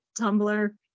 Tumblr